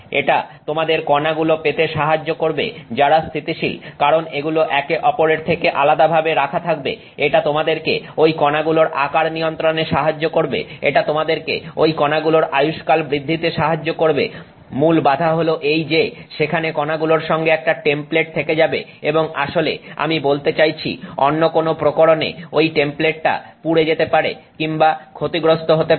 এটা তোমাদের কণাগুলো পেতে সাহায্য করবে যারা স্থিতিশীল কারণ এগুলো একে অপরের থেকে আলাদা ভাবে রাখা থাকবে এটা তোমাদেরকে ঐ কণাগুলোর আকার নিয়ন্ত্রণে সাহায্য করবে এটা তোমাদেরকে ঐ কণাগুলোর আয়ুষ্কাল বৃদ্ধিতে সাহায্য করবে মূল বাধা হলো এই যে সেখানে কণাগুলোর সঙ্গে একটা টেমপ্লেট থেকে যাবে এবং আসলে আমি বলতে চাইছি অন্য কোনো প্রকরণে ঐ টেমপ্লেটটা পুড়ে যেতে পারে কিংবা ক্ষতিগ্রস্ত হতে পারে